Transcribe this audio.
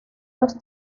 los